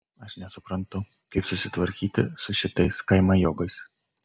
aš nesuprantu kaip susitvarkyti su šitais kaimajobais